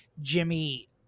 Jimmy